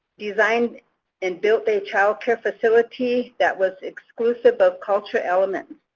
designed and built a child care facility that was exclusive of culture elements.